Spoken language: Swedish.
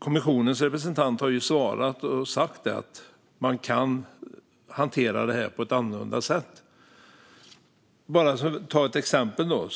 Kommissionens representant har svarat och sagt att man kan hantera det på ett annorlunda sätt. Jag kan ta ett exempel. Det